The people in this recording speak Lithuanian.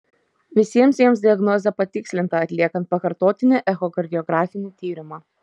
visiems jiems diagnozė patikslinta atliekant pakartotinį echokardiografinį tyrimą